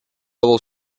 other